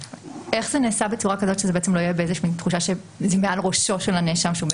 איך זה נעשה בצורה כזאת שזה לא יהווה איזו תחושה שזה מעל ראשו של הנאשם?